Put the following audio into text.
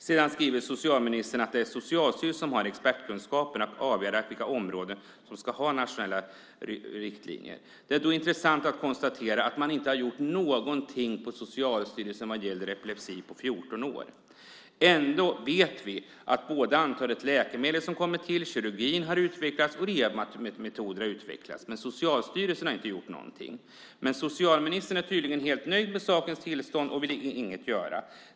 Sedan skriver socialministern att det är Socialstyrelsen som har expertkunskapen när det gäller att avgöra vilka områden som ska ha nationella riktlinjer. Det är då intressant att konstatera att man inte har gjort någonting på Socialstyrelsen när det gäller epilepsi på 14 år. Ändå vet vi att det har skett en utveckling när det gäller antalet läkemedel. Kirurgin har utvecklats, och rehabmetoder har utvecklats. Socialstyrelsen har inte gjort någonting. Men socialministern är tydligen helt nöjd med sakernas tillstånd och vill inget göra.